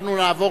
אנחנו נעבור